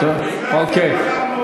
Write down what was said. לחברתיות.